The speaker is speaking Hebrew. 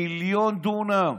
מיליון דונם,